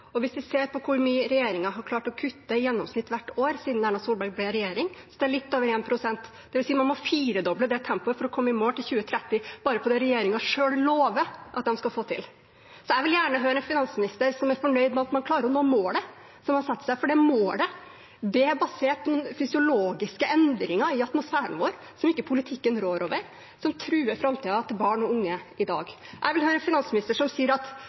Hvis vi ser på hvor mye regjeringen har klart å kutte i gjennomsnitt hvert år siden Erna Solberg kom i regjering, er det litt over 1 pst. Det vil si at man må firedoble det tempoet for å komme i mål til 2030, bare på det regjeringen selv lover at de skal få til. Jeg vil gjerne høre en finansminister som er fornøyd med at man klarer å nå målet man har satt seg, for det målet er basert på fysiologiske endringer i atmosfæren vår som ikke politikken rår over, og som truer framtiden til barn og unge i dag. Jeg vil høre en finansminister som sier: Det er bra at